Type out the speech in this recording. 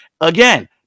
Again